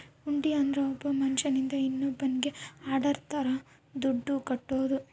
ಹುಂಡಿ ಅಂದ್ರ ಒಬ್ಬ ಮನ್ಶ್ಯನಿಂದ ಇನ್ನೋನ್ನಿಗೆ ಆರ್ಡರ್ ತರ ದುಡ್ಡು ಕಟ್ಟೋದು